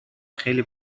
خیلی